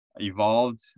evolved